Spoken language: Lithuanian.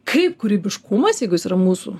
kaip kūrybiškumas jeigu jis yra mūsų